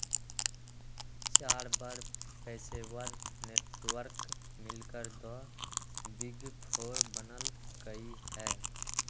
चार बड़ पेशेवर नेटवर्क मिलकर द बिग फोर बनल कई ह